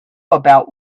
about